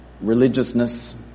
religiousness